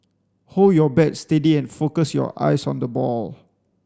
hold your bat steady and focus your eyes on the ball